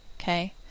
okay